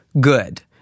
good